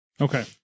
Okay